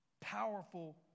powerful